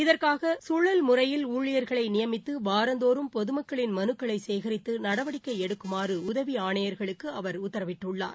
இதற்காக சுழல் முறையில் ஊழியர்களை நியமித்து வாரந்தோறும் பொதுமக்களின் மனுக்களை சேகரித்து நடவடிக்கை எடுக்குமாறு உதவி ஆணையர்களுக்கு அவர் உத்தரவிட்டுள்ளார்